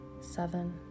Seven